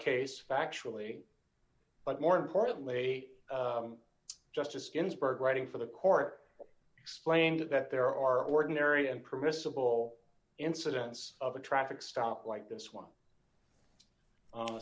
case factually but more importantly justice ginsburg writing for the court explained that there are ordinary and permissible incidence of a traffic stop like this one